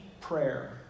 prayer